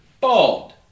bald